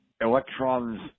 electrons